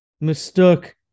mistook